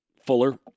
Fuller